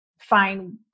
find